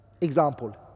Example